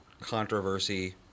controversy